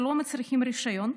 שלא מצריכים רישיון,